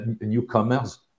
newcomers